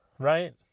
Right